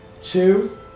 Two